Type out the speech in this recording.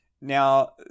Now